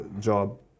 job